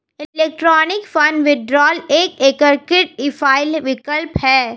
electronic fund withdrawal एक एकीकृत e file विकल्प है